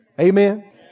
Amen